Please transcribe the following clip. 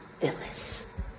Phyllis